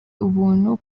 ubuntu